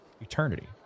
eternity